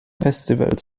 festivals